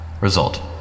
Result